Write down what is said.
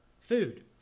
food